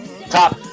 top